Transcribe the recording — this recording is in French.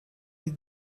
les